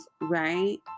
right